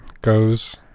goes